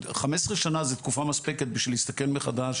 15 שנה זו תקופה מספקת בשביל להסתכל מחדש